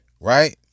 right